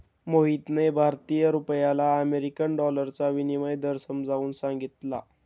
मोहितने भारतीय रुपयाला अमेरिकन डॉलरचा विनिमय दर समजावून सांगितला